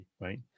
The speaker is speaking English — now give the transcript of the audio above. right